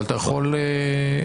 אבל אתה יכול --- כן,